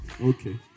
okay